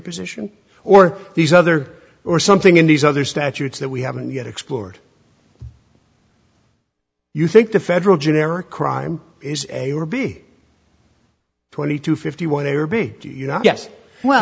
position or these other or something in these other statutes that we haven't yet explored you think the federal generic crime is a or b twenty two fifty one a or b you know yes well